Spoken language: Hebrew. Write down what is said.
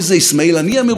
למי טוב,